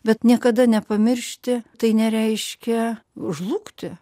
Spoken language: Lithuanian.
bet niekada nepamiršti tai nereiškia žlugti